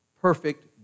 perfect